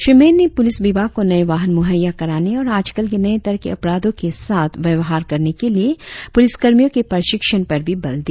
श्री मैन ने पुलिस विभाग को नए वाहन मुहैया कराने और आजकल के नए तरह के अपराधो के साथ व्यवहार करने के लिए पुलिसकर्मियों के प्रशिक्षण पर भी बल दिया